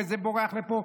וזה בורח לפה.